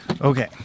Okay